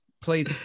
Please